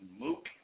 mook